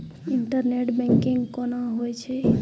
Internet banking कोना होय छै?